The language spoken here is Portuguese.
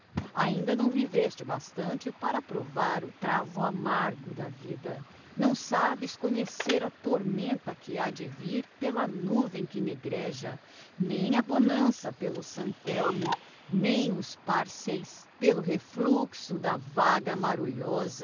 ainda não viveste bastante para provar o travo amargo da vida não sabes conhecer a tormenta que ha de vir pela nuvem que negreja nem a bonança pelo santelmo nem os parceis pelo refluxo da vaga marulhosa